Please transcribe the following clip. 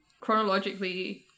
chronologically